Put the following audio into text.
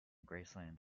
graceland